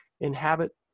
inhabit